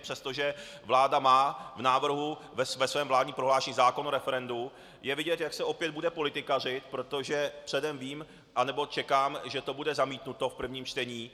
Přestože vláda má ve svém vládním prohlášení zákon o referendu, je vidět, jak se opět bude politikařit, protože předem vím, anebo čekám, že to bude zamítnuto v prvním čtení.